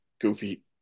Goofy